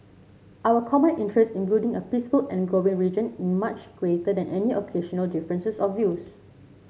our common interest in building a peaceful and growing region in much greater than any occasional differences of views